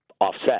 offset